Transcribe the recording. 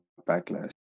backlash